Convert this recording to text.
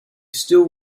still